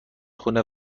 خونه